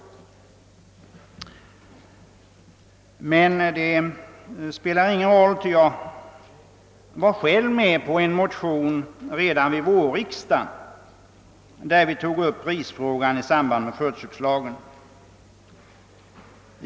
Men detta spelar ingen roll, ty jag var själv med om att redan vid vårriksdagen väcka en motion, där prisfrågan i samband med förköpslagen togs upp.